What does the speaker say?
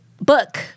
book